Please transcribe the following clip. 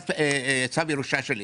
צו ירושה של אימא.